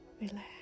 relax